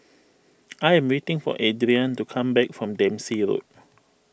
I am waiting for Adriane to come back from Dempsey Road